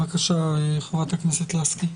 בבקשה, חה"כ לסקי.